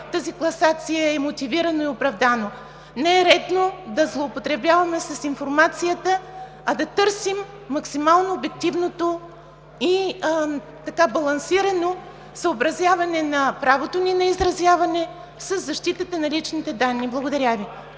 тази класация, е мотивирано и оправдано. Не е редно да злоупотребяваме с информацията, а да търсим максимално обективното и така балансирано съобразяване на правото ни на изразяване със защитата на личните данни. Благодаря Ви.